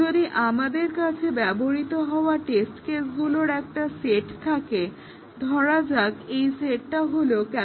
যদি আমাদের কাছে ব্যবহৃত হওয়া টেস্ট কেসগুলোর একটা সেট থাকে ধরা যাক এই সেটটা হল T